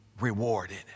rewarded